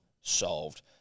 solved